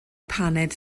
paned